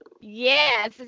yes